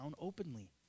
openly